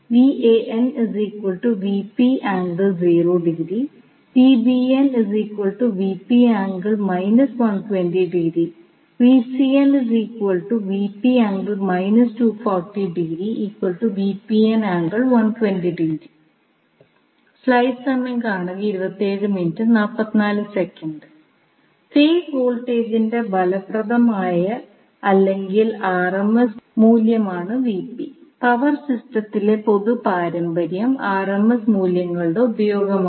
face വോൾട്ടേജിന്റെ ഫലപ്രദമായ അല്ലെങ്കിൽ ആർഎംഎസ് മൂല്യമാണ് പവർ സിസ്റ്റത്തിലെ പൊതു പാരമ്പര്യം ആർഎംഎസ് മൂല്യങ്ങളുടെ ഉപയോഗമാണ്